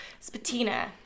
Spatina